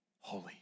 holy